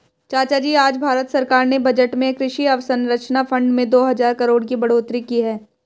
चाचाजी आज भारत सरकार ने बजट में कृषि अवसंरचना फंड में दो हजार करोड़ की बढ़ोतरी की है